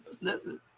listen